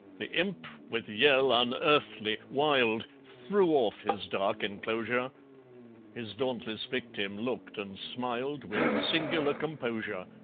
the imp with yell unearthly wild threw off his dark enclosure his dauntless victim looked and smiled with singular composure.